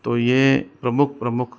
तो यह प्रमुख प्रमुख